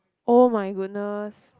[oh]-my-goodness